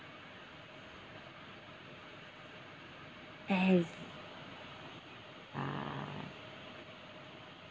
eh ah